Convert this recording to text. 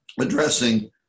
addressing